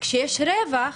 כשיש רווח,